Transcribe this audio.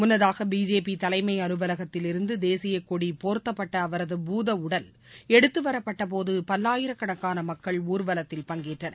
முன்னதாக பிஜேபி தலைமை அலுவலகத்தில் இருந்து தேசிய கொடி போர்த்தப்பட்ட அவரது பூதஉடல் எடுத்து வரப்பட்ட போது பல்லாயிரக்கணக்கான மக்கள் ஊர்வலத்தில் பங்கேற்றனர்